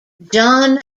john